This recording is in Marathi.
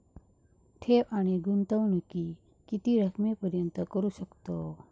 ठेव आणि गुंतवणूकी किती रकमेपर्यंत करू शकतव?